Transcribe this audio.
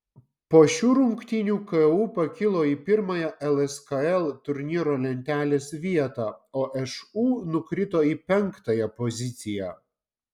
po šių rungtynių ku pakilo į pirmąją lskl turnyro lentelės vietą o šu nukrito į penktąją poziciją